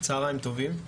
צוהריים טובים.